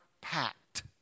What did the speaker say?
packed